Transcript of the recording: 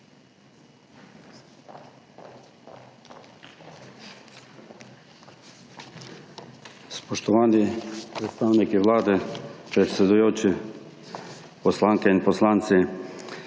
Spoštovani predstavniki Vlade, predsedujoči, poslanke in poslanci!